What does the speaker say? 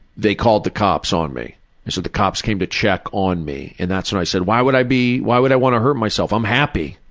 they called the cops on me. so the cops came to check on me and that's when i said, why would i be why would i want to hurt myself? i'm happy!